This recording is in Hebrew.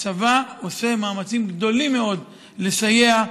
שהצבא עושה מאמצים גדולים מאוד לסייע.